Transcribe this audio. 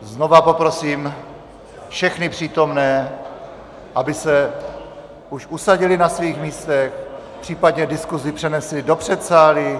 Znovu poprosím všechny přítomné, aby se už usadili na svých místech, případně diskusi přenesli do předsálí.